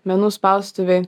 menų spaustuvėj